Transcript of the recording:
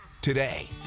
today